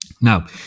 Now